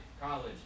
college